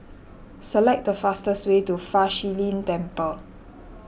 select the fastest way to Fa Shi Lin Temple